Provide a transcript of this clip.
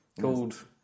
Called